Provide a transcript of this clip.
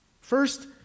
First